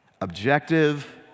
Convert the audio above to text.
Objective